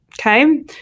Okay